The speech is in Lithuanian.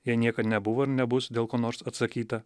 jai niekad nebuvo ir nebus dėl ko nors atsakyta